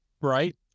right